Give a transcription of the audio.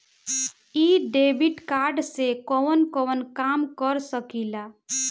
इ debit card से कवन कवन काम कर सकिला?